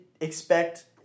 expect